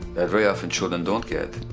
that very often children don't get.